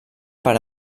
per